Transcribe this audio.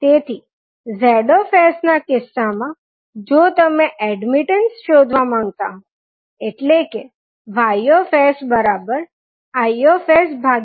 તેથી Z ના કિસ્સા માં જો તમે એડમીટન્સ શોધવા માંગતા હોય એટલે કે YsIV